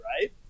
right